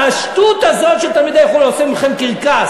על השטות הזאת של תלמידי חו"ל עושים מכם קרקס,